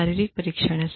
शारीरिक परीक्षण हैं